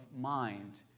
mind